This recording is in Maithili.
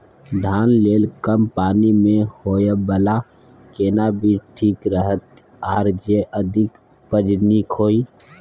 धान लेल कम पानी मे होयबला केना बीज ठीक रहत आर जे अधिक उपज नीक होय?